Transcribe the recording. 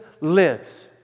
lives